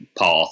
path